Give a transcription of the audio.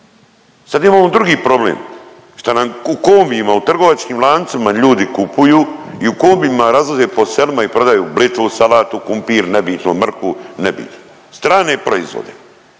Sad imamo drugi problem što nam u kombijima u trgovačkim lancima ljudi kupuju i u kombijima razvoze po selima i prodaju blitvu, salatu, kumpir, nebitno mrkvu nebitno. Strane proizvode,